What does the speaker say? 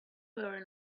were